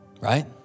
right